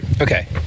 Okay